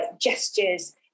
gestures